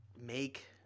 make